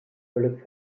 völlig